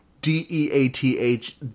D-E-A-T-H